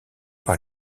par